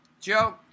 Joe